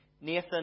Nathan